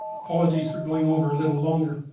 apologies for going over a little longer